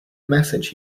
message